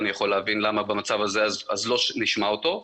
אני יכול להבין למה במצב הזה לא נשמע אותו.